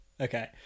Okay